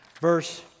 Verse